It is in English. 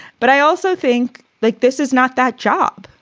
but i also think like this is not that job.